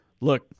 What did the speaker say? look